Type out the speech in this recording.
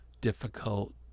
difficult